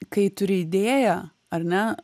kai turi idėją ar ne